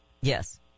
Yes